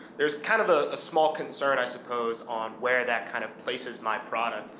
there's kind of a small concern i suppose on where that kind of places my product,